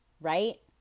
right